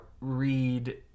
read